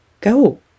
Go